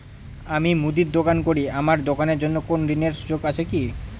আমি মুদির দোকান করি আমার দোকানের জন্য কোন ঋণের সুযোগ আছে কি?